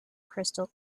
crystal